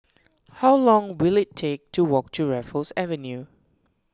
how long will it take to walk to Raffles Avenue